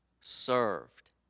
served